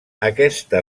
aquesta